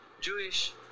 Jewish